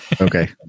Okay